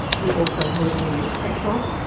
you also heard leonid petrov,